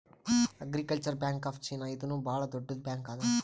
agricultural bank of China ಇದೂನು ಭಾಳ್ ದೊಡ್ಡುದ್ ಬ್ಯಾಂಕ್ ಅದಾ